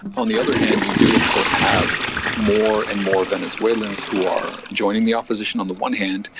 on the other hand, you do of course have more and more venezuelans who are joining the opposition on the one hand,